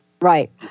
Right